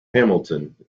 hamilton